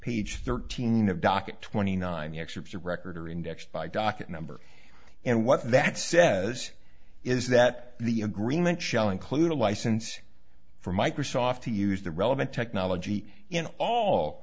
page thirteen of docket twenty nine excerpts of record are indexed by docket number and what that says is that the agreement shell include a license for microsoft to use the relevant technology in all